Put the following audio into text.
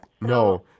No